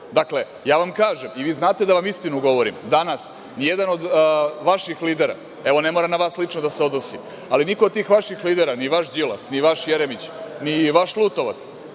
Dakle, ja vam kažem, i vi znate da vam istinu govorim, danas nijedan od vaših lidera, evo, ne mora na vas lično da se odnosi, ali niko od tih vaših lidera, ni vaš Đilas, ni vaš Jeremić, ni vaš Lutovac,